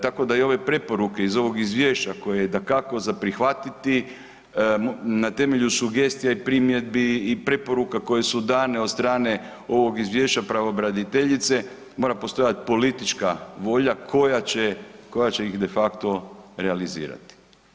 Tako da i ove preporuke iz ovog izvješća koje je dakako za prihvatiti na temelju sugestija i primjedbi i preporuka koje su dane od strane ovog izvješća pravobraniteljice mora postojati politička volja koja će, koja će ih de facto realizirati.